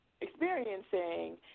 experiencing